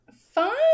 fun